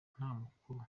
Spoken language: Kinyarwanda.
makuru